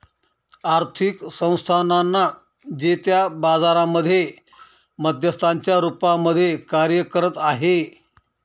आर्थिक संस्थानांना जे त्या बाजारांमध्ये मध्यस्थांच्या रूपामध्ये कार्य करत आहे